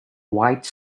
white